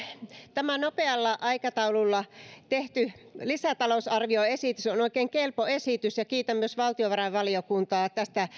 tämä nopealla aikataululla tehty lisätalousarvioesitys on oikein kelpo esitys ja kiitän myös valtiovarainvaliokuntaa